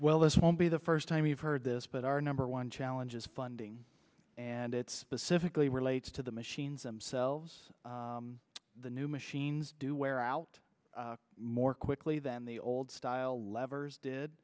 well this won't be the first time you've heard this but our number one challenge is funding and it's specifically relates to the machines themselves the new machines do wear out more quickly than the old style levers did